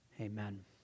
amen